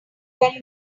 ten